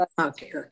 okay